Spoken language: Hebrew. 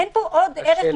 אין פה עוד ערך מוסף.